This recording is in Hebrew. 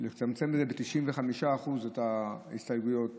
לצמצם את זה ב-95%, את ההסתייגויות.